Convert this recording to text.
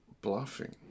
bluffing